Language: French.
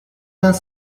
vingt